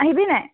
আহিবি নাই